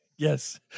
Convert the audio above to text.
Yes